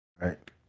right